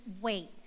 wait